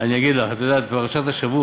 במה התחלתם, שאני לא יודע מה פרשת השבוע?